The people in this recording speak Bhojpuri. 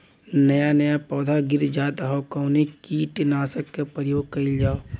नया नया पौधा गिर जात हव कवने कीट नाशक क प्रयोग कइल जाव?